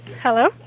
Hello